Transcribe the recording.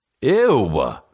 Ew